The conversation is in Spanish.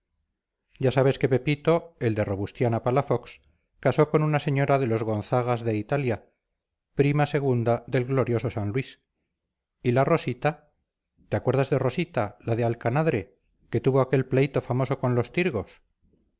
ya sabes que pepito el de robustiana palafox casó con una señora de los gonzagas de italia prima segunda del glorioso san luis y la rosita te acuerdas de rosita la de alcanadre que tuvo aquel pleito famoso con los tirgos